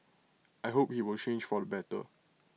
I hope he will change for the better